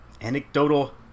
anecdotal